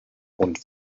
und